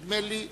כן,